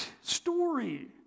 story